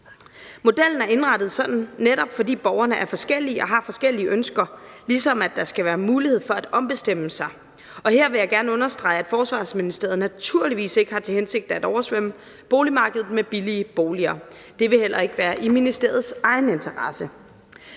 Modellen er indrettet sådan, netop fordi borgerne er forskellige og har forskellige ønsker, ligesom der skal være mulighed for at ombestemme sig. Her vil jeg gerne understrege, at Forsvarsministeriet naturligvis ikke har til hensigt at oversvømme boligmarkedet med billige boliger. Det vil heller ikke være i ministeriets egen interesse.